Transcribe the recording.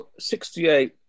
68